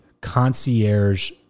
concierge